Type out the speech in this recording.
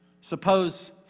Suppose